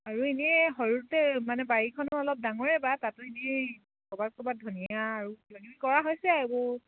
আৰু এনেই সৰুতে মানে বাৰীখনো অলপ ডাঙৰে বাৰু তাতো এনেই ক'ৰবাত ক'ৰবাত ধনীয়া আৰু কৰা হৈছে এইবোৰ